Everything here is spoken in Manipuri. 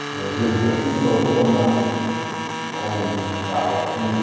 ꯑꯗꯣ ꯍꯤꯜ ꯇ꯭ꯔꯦꯀꯤꯡ ꯇꯧꯕꯗꯧꯅ ꯃꯑꯣꯡ ꯇꯥꯕ ꯈꯣꯡꯎꯞ